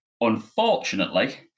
Unfortunately